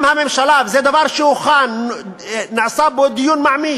אם זה דבר שהוכן בממשלה, נעשה בו דיון מעמיק,